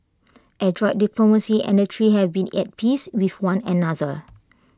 adroit diplomacy and that three have been at peace with one another